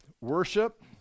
worship